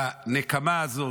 בנקמה הזאת,